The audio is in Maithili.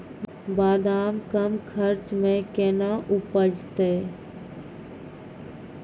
बादाम कम खर्च मे कैना उपजते?